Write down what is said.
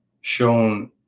shown